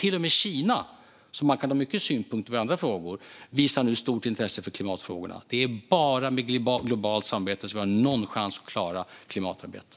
Till och med Kina, som man kan ha många synpunkter på i andra frågor, visar nu stort intresse för klimatfrågorna. Det är bara med globalt samarbete som vi har någon chans att klara klimatarbetet.